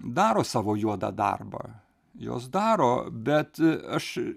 daro savo juodą darbą jos daro bet aš